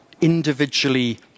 individually